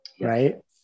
Right